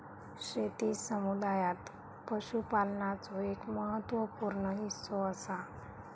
शेती समुदायात पशुपालनाचो एक महत्त्व पूर्ण हिस्सो असा